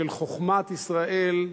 של חוכמת ישראל,